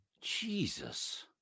Jesus